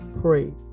Pray